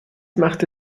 machte